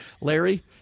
Larry